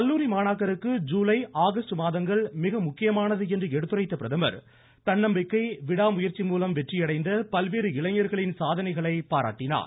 கல்லூரி மாணாக்கருக்கு ஜுலை ஆகஸ்ட் மாதங்கள் மிக முக்கியமானது என்று எடுத்துரைத்த பிரதமர் தன்னம்பிக்கை விடா முயற்சிமூலம் வெற்றியடைந்த பல்வேறு இளைஞர்களின் சாதனைகளைப் பாராட்டினார்